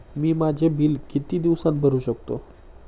मी माझे बिल किती दिवसांत भरू शकतो?